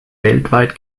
weltweit